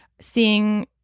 seeing